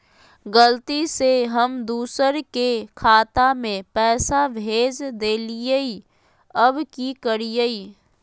गलती से हम दुसर के खाता में पैसा भेज देलियेई, अब की करियई?